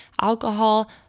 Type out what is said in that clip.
alcohol